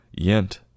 yent